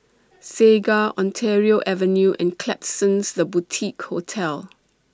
Segar Ontario Avenue and Klapsons The Boutique Hotel